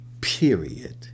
Period